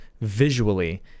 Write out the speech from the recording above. visually